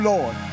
Lord